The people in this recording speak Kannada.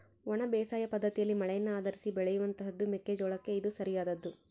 ಒಣ ಬೇಸಾಯ ಪದ್ದತಿಯಲ್ಲಿ ಮಳೆಯನ್ನು ಆಧರಿಸಿ ಬೆಳೆಯುವಂತಹದ್ದು ಮೆಕ್ಕೆ ಜೋಳಕ್ಕೆ ಇದು ಸರಿಯಾದದ್ದು